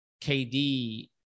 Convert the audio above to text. KD